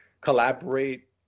collaborate